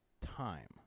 time